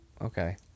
Okay